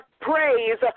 praise